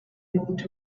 moved